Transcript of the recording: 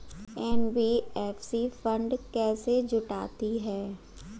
NBFC fund कैसे जुटाती है?